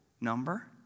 number